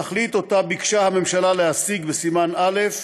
התכלית שביקשה הממשלה להשיג בסימן א'